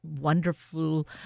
wonderful